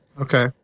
Okay